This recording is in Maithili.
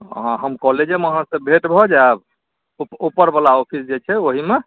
आओर हम कॉलेजेमे अहाँसँ भेट भऽ जाएब ऊपरवला ऑफिस जे छै ओहिमे